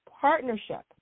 partnership